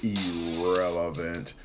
irrelevant